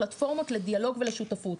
פלטפורמות לדיאלוג ולשותפות,